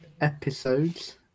episodes